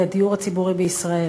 היא הדיור הציבורי בישראל.